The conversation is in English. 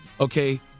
okay